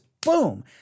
Boom